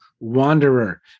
Wanderer